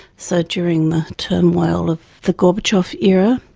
so during the turmoil of the gorbachev era,